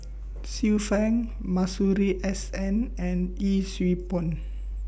Xiu Fang Masuri S N and Yee Siew Pun